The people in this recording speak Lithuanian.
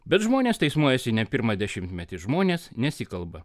bet žmonės teismuojasi ne pirmą dešimtmetį žmonės nesikalba